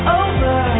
over